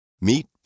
Meet